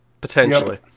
Potentially